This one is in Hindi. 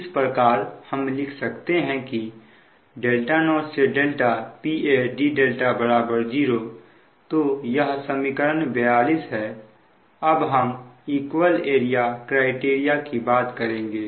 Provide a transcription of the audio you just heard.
इस प्रकार हम लिख सकते हैं की 0Pa dδ0 तो यह समीकरण 42 है अब हम इक्वल एरिया क्राइटेरियन की बात करेंगे